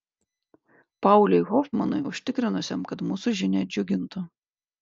pauliui hofmanui užtikrinusiam kad mūsų žinia džiugintų